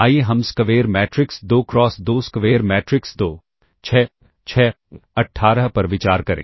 आइए हम square matrix 2 cross 2 square matrix 2 6 6 18 पर विचार करें